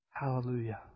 Hallelujah